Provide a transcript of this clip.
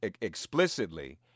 explicitly